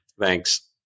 Thanks